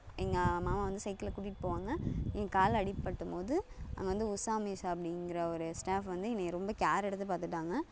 எங்கள் மாமா வந்து சைக்கிளில் கூட்டிட்டு போவாங்க என் காலில் அடிப்பட்டபோது அங்கே வந்து உஷா மிஸ் அப்படீங்கிற ஒரு ஸ்டாஃப் வந்து என்னை ரொம்ப கேர் எடுத்து பார்த்துக்கிட்டாங்க